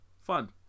fun